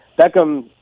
Beckham